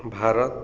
Bharat